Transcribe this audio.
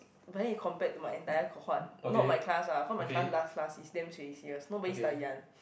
but then you compared to my entire cohort not my class ah cause my class last class it's damn serious nobody study one